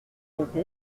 rrdp